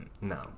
no